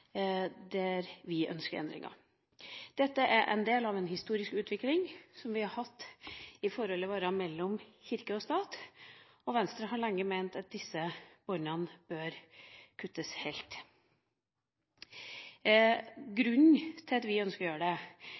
der vi ønsker endringer. Dette er en del av en historisk utvikling i forholdet mellom kirke og stat, og Venstre har lenge ment at disse båndene bør kuttes helt. Grunnen til at vi ønsker å gjøre det,